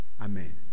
Amen